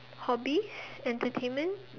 hobby entertainment